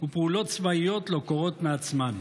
ופעולות צבאיות לא קורות מעצמן.